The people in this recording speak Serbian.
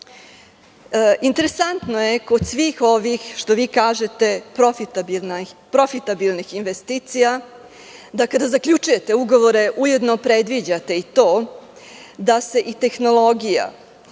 stopama. Interesantno je kod svih ovih, što vi kažete, profitabilnih investicija, da kada zaključujete ugovore ujedno predviđate i to da se i tehnologija,